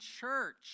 Church